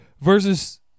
versus